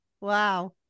Wow